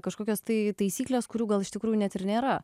kažkokios tai taisyklės kurių gal iš tikrųjų net ir nėra